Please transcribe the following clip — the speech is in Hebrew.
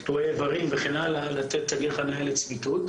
קטועי איברים וכן הלאה לתת תגי חניה לצמיתות.